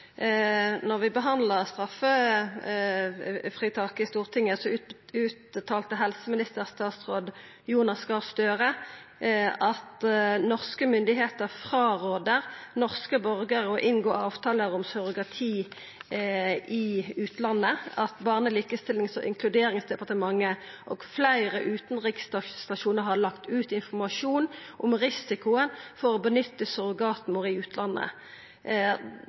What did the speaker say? vi behandla straffefritaket i Stortinget, uttalte daverande helseminister Jonas Gahr Støre følgjande: «Norske myndigheter fraråder norske borgere å inngå avtaler om surrogati i utlandet. Barne-, likestillings- og inkluderingsdepartementet og flere utenriksstasjoner har lagt ut informasjon om dette og om risikoen ved å benytte surrogatmor i utlandet.»